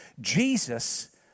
Jesus